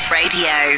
radio